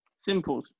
Simple